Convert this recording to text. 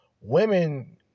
women